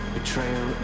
Betrayal